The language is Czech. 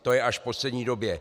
To je až v poslední době.